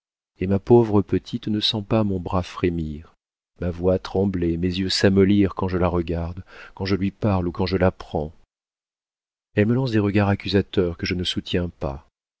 et ma pauvre petite ne sent pas mon bras frémir ma voix trembler mes yeux s'amollir quand je la regarde quand je lui parle ou quand je la prends elle me lance des regards accusateurs que je ne soutiens pas